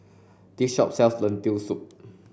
this shop sells Lentil Soup